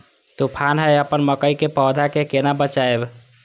तुफान है अपन मकई के पौधा के केना बचायब?